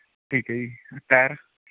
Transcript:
ਠੀਕ ਹੈ ਜੀ ਟਾਇਰ